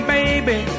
baby